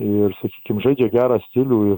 ir sakykim žaidžia gerą stilių ir